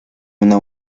una